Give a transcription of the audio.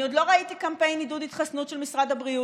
אני עוד לא ראיתי קמפיין עידוד התחסנות של משרד הבריאות,